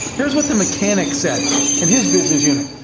here's what the mechanic said in his business unit.